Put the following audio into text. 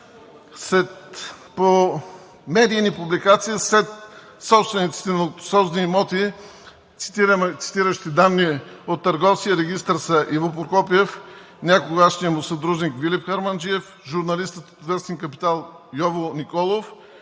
ДПС.) По медийни публикации сред собствениците на луксозни имоти, цитирам данни от Търговския регистър, са: Иво Прокопиев, някогашният му съдружник Филип Харманджиев, журналистът от вестник „Капитал“ Йово Николов,